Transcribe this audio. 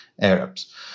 Arabs